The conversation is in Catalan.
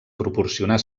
proporcionar